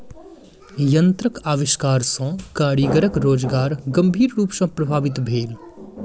यंत्रक आविष्कार सॅ कारीगरक रोजगार गंभीर रूप सॅ प्रभावित भेल